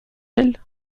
elle